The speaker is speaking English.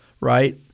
right